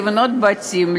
לבנות בתים,